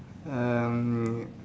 um